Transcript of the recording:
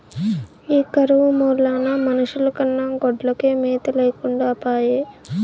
ఈ కరువు మూలాన మనుషుల కన్నా గొడ్లకే మేత లేకుండా పాయె